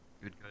Good